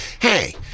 hey-